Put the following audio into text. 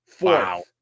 Wow